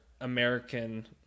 american